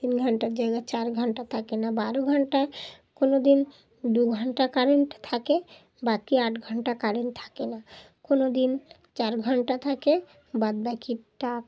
তিন ঘণ্টার জায়গায় চার ঘণ্টা থাকে না বারো ঘণ্টা কোনো দিন দু ঘণ্টা কারেন্ট থাকে বাকি আট ঘণ্টা কারেন্ট থাকে না কোনো দিন চার ঘণ্টা থাকে বাদবাকিটা